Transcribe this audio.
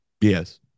Yes